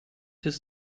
his